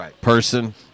person